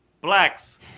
Blacks